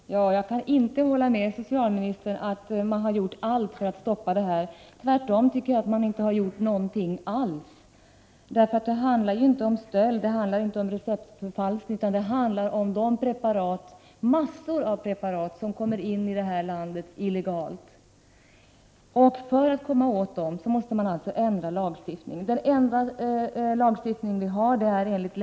Herr talman! Jag kan inte hålla med socialministern om att man gjort allt för att stoppa hanteringen. Tvärtom, jag anser att man inte gjort någonting alls. Det handlar inte om stöld eller receptförfalskning, utan det handlar om de mängder av preparat som illegalt kommer in i landet. Man måste ändra lagstiftningen för att komma åt denna införsel. Läkemedelsförordningen är den enda lagstiftning som vi har på detta område.